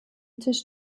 tisch